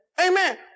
Amen